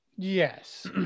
yes